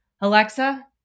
Alexa